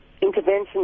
intervention